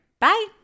Bye